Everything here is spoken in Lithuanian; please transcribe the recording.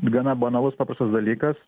gana banalus paprastas dalykas